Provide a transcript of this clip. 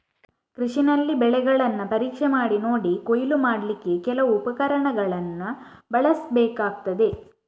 ಕೃಷಿನಲ್ಲಿ ಬೆಳೆಗಳನ್ನ ಪರೀಕ್ಷೆ ಮಾಡಿ ನೋಡಿ ಕೊಯ್ಲು ಮಾಡ್ಲಿಕ್ಕೆ ಕೆಲವು ಉಪಕರಣಗಳನ್ನ ಬಳಸ್ಬೇಕಾಗ್ತದೆ